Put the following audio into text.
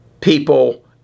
people